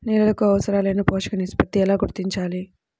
నేలలకు అవసరాలైన పోషక నిష్పత్తిని ఎలా గుర్తించాలి?